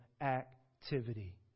activity